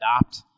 adopt